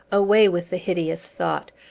away with the hideous thought.